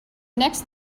next